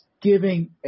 giving